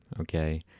okay